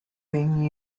being